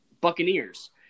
Buccaneers